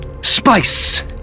spice